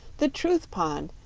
the truth pond.